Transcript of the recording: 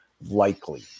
likely